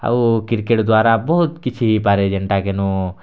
ଆଉ କ୍ରିକେଟ୍ ଦ୍ୱାରା ବହୁତ୍ କିଛି ହିପାରେ ଯେନ୍ଟାକେନୁ